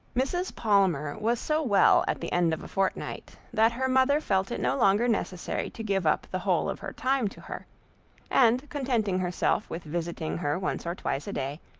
mrs. palmer was so well at the end of a fortnight, that her mother felt it no longer necessary to give up the whole of her time to her and, contenting herself with visiting her once or twice a day,